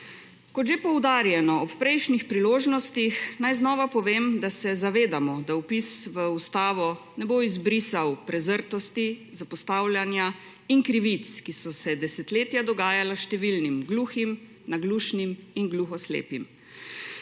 Kot že poudarjeno ob prejšnjih priložnostih, naj znova povem, da se zavedamo, da vpis v ustavo ne bo izbrisal prezrtosti, zapostavljanja in krivic, ki so se desetletja dogajala številnim gluhim, naglušnim in gluhoslepim.